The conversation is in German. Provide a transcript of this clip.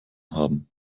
haben